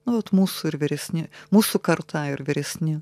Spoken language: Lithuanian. nu vat mūsų ir vyresni mūsų karta ir vyresni